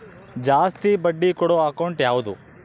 ಜಾಸ್ತಿ ಬಡ್ಡಿ ಕೊಡೋ ಅಕೌಂಟ್ ಯಾವುದು?